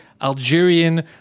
Algerian